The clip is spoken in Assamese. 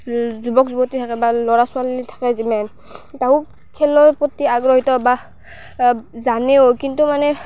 যুৱক যুৱতী থাকে বা ল'ৰা ছোৱালী থাকে যিমেন তাহো খেলৰ প্ৰতি আগ্ৰহীত বা জানেও কিন্তু মানে